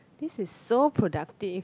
this is so productive